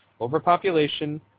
overpopulation